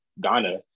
Ghana